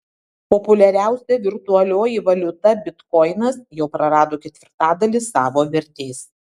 populiariausia virtualioji valiuta bitkoinas jau prarado ketvirtadalį savo vertės